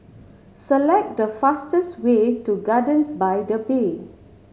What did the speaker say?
select the fastest way to Gardens by the Bay